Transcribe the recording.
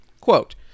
Quote